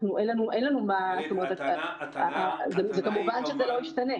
כמובן שזה לא ישתנה.